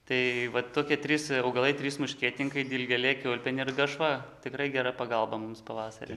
tai vat tokie trys augalai trys muškietininkai dilgėlė kiaulpienė ir garšva tikrai gera pagalba mums pavasarį